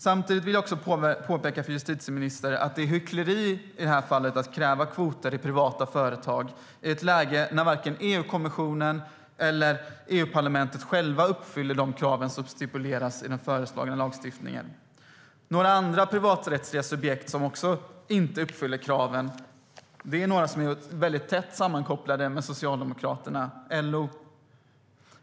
Samtidigt vill jag påpeka för justitieministern att det är hyckleri att i det här fallet kräva kvoter i privata företag, i ett läge där varken EU-kommissionen eller EU-parlamentet själva uppfyller de krav som stipuleras i den föreslagna lagstiftningen. Ett annat privaträttsligt subjekt som inte heller uppfyller kraven är väldigt tätt sammankopplat med Socialdemokraterna, nämligen LO.